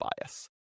bias